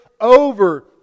over